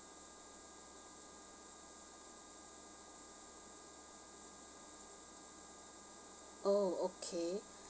oh okay